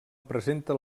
representa